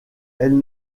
elles